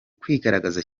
kwigaragaza